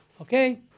okay